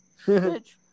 Bitch